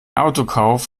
autokauf